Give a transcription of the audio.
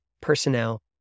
personnel